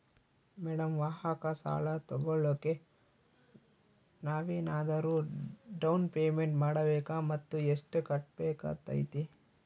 Madam ವಾಹನ ಸಾಲ ತೋಗೊಳೋಕೆ ನಾವೇನಾದರೂ ಡೌನ್ ಪೇಮೆಂಟ್ ಮಾಡಬೇಕಾ ಮತ್ತು ಎಷ್ಟು ಕಟ್ಬೇಕಾಗ್ತೈತೆ?